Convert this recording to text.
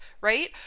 right